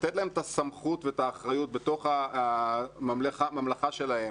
לתת להם את הסמכות ואת האחריות בתוך הממלכה שלהם